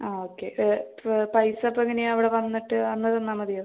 ആ ഓക്കെ പൈസ അപ്പോൾ എങ്ങനെയാണ് അവിടെ വന്നിട്ട് അന്ന് തന്നാൽ മതിയോ